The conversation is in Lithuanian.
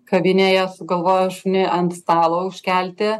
kavinėje sugalvojo šunį ant stalo užkelti